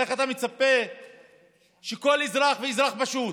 איך אתה מצפה שכל אזרח ואזרח פשוט,